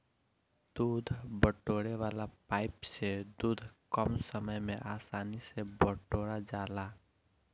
दूध बटोरे वाला पाइप से दूध कम समय में आसानी से बटोरा जाला